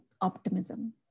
optimism